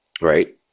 right